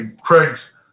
Craig's